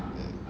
mm